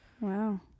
Wow